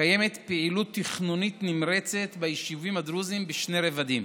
קיימת פעילות תכנונית נמרצת ביישובים הדרוזיים בשני רבדים: